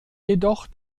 jedoch